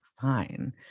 fine